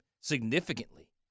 significantly